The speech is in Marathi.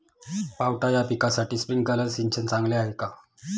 पावटा या पिकासाठी स्प्रिंकलर सिंचन चांगले आहे का?